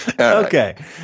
Okay